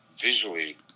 visually